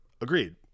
Agreed